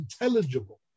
intelligible